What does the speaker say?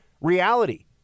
reality